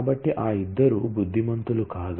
కాబట్టి ఆ ఇద్దరు బుద్ధిమంతులు కాదు